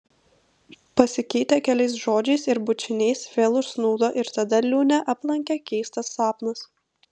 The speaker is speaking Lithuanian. pasikeitę keliais žodžiais ir bučiniais vėl užsnūdo ir tada liūnę aplankė keistas sapnas